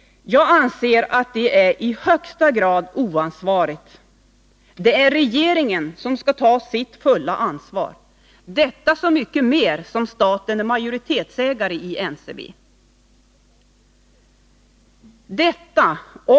Jag anser att detta i högsta grad är oansvarigt. Det är regeringen som skall ta sitt fulla ansvar, detta så mycket mer som staten är majoritetsägare i NCB.